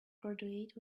graduate